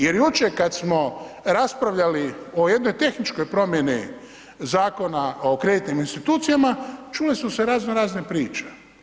Jer jučer kad smo raspravljali o jednoj tehničkoj promjeni Zakona o kreditnim institucijama čule su se razno razne priče.